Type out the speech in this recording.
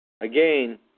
Again